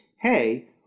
hey